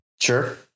Sure